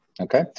Okay